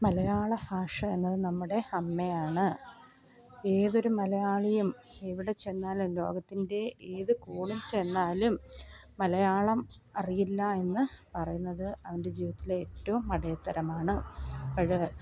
മലയാള ഭാഷ എന്നത് നമ്മുടെ അമ്മയാണ് ഏതൊരു മലയാളിയും എവിടെ ചെന്നാലും ലോകത്തിൻ്റെ ഏതു കോണിൽ ചെന്നാലും മലയാളം അറിയില്ല എന്ന് പറയുന്നത് അവൻ്റെ ജീവിതത്തിലെ ഏറ്റവും മടയത്തരമാണ് അത്